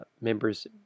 members